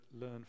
learn